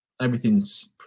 Everything's